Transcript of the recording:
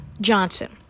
Johnson